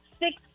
Six